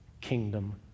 Kingdom